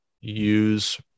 use